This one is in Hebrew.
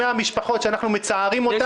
100 משפחות שאנחנו מצערים אותן.